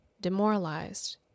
demoralized